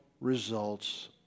results